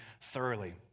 thoroughly